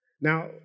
Now